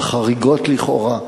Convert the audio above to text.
על חריגות לכאורה.